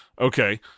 okay